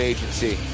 Agency